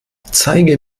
zeige